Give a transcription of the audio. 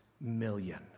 million